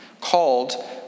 called